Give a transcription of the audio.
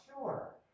sure